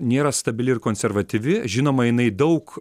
nėra stabili ir konservatyvi žinoma jinai daug